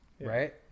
Right